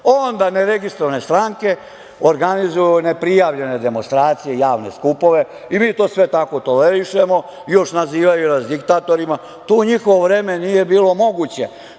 Onda ne registrovane stranke organizuju ne prijavljene demonstracije, javne skupove i mi to sve tako tolerišemo, još nas nazivaju diktatorima. To u njihovo vreme nije bilo moguće.